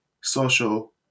social